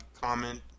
comment